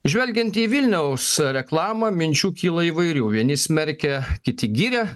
žvelgiant į vilniaus reklamą minčių kyla įvairių vieni smerkia kiti giria